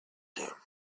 him